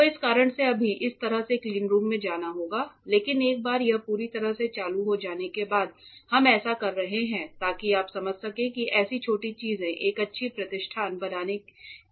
तो इस कारण से अभी इस तरह से क्लीनरूम में जाना है लेकिन एक बार यह पूरी तरह से चालू हो जाने के बाद हम ऐसा कर रहे हैं ताकि आप समझ सकें कि कैसे छोटी चीजें एक अच्छी प्रतिष्ठान बनाने के लिए मिलकर बनती हैं